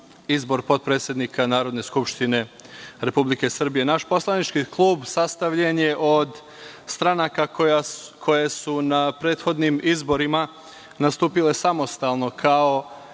izbor potpredsednika Narodne skupštine Republike Srbije. Naš poslanički klub sastavljen je od stranaka koje su na prethodnim izborima nastupile samostalno kao